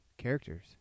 characters